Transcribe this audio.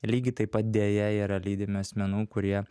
lygiai taip pat deja yra lydimi asmenų kurie